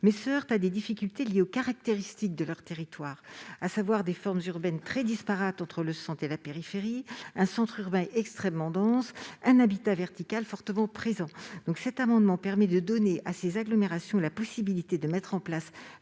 mais se heurtent à des difficultés liées aux caractéristiques de leur territoire : des formes urbaines très disparates entre le centre et la périphérie, un centre urbain extrêmement dense, un habitat vertical fortement présent. Cet amendement vise à leur donner la possibilité de mettre en place